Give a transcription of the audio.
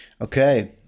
Okay